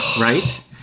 Right